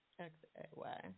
X-A-Y